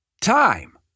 time